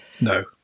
No